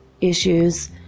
issues